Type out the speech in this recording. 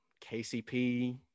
KCP